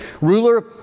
ruler